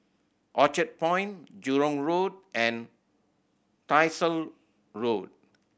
Orchard Point Jurong Road and Tyersall Road